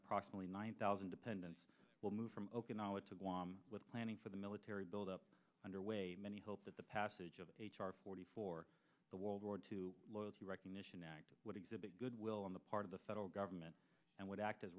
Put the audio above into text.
approximately nine thousand dependents will move from okinawa to guam with planning for the military buildup underway many hope that the passage of our forty for the world war two loads the recognition act would exhibit goodwill on the part of the federal government and would act as